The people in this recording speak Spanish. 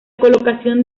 colocación